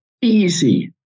easy